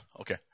Okay